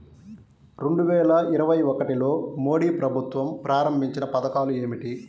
రెండు వేల ఇరవై ఒకటిలో మోడీ ప్రభుత్వం ప్రారంభించిన పథకాలు ఏమిటీ?